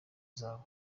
zabo